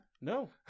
no